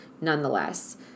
nonetheless